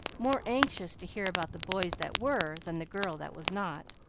more anxious to hear about the boys that were than the girl that was not.